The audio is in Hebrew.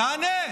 תענה.